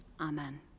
amen